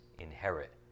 inherit